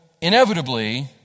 inevitably